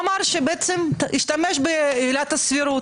הוא אמר, השתמש בעילת הסבירות.